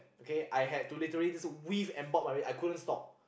okay I had to literally just weave and bop my way I couldn't stop